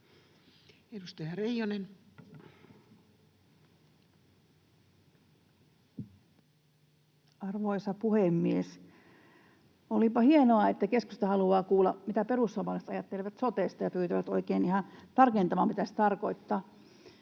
20:28 Content: Arvoisa puhemies! Olipa hienoa, että keskusta haluaa kuulla, mitä perussuomalaiset ajattelevat sotesta, ja pyytävät oikein ihan tarkentamaan, mitä se tarkoittaa.